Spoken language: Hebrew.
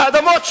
על האדמות שלהם,